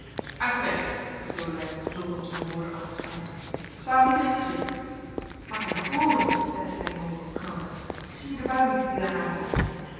uit den weg riep lodewijk zonder op zijn woorden acht te slaan sta mij niet in t gezicht maar kijk dan voor u zeide reynhove knorrig zie je de bui niet die daar aankomt